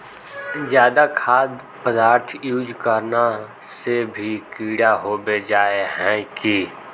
ज्यादा खाद पदार्थ यूज करना से भी कीड़ा होबे जाए है की?